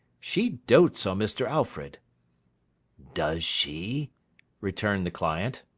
she dotes on mr. alfred does she returned the client.